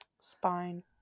Spine